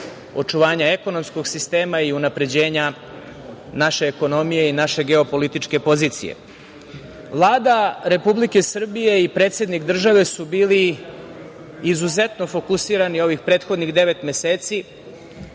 očuvanja ekonomskog sistema i unapređenja naše ekonomije i naše geopolitičke pozicije. Vlada Republike Srbije i predsednik države su bili izuzetno fokusirani ovih prethodnih devet meseci